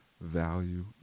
value